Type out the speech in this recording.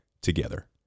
together